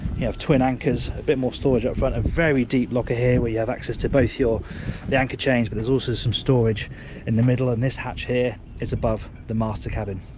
you have twin anchors, a bit more storage up front, a very deep locker here where you have access to both your the anchor chains, but there's also some storage in the middle and this hatch here is above the master cabin,